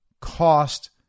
cost